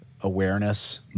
awareness